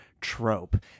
trope